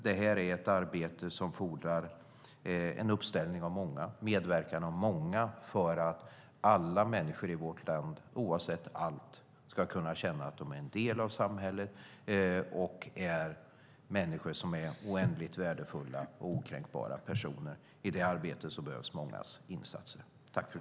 Det är ett arbete som fordrar medverkan av många för att alla människor i vårt land, oavsett allt, ska kunna känna att de är en del av samhället och oändligt värdefulla och okränkbara. I det arbetet behövs mångas insatser.